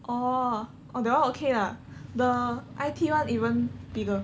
oh oh that one okay lah the I_T one even bigger